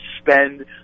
spend